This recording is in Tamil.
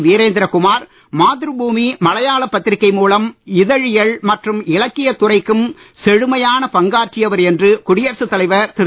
வீரேந்திர குமார் மாத்ருபூமி மலையாள பத்திரிகை மூலம் இதழியல் மற்றும் இலக்கியத் துறைக்கும் செழுமையான பங்காற்றியவர் என்று குடியரசுத் தலைவர் திரு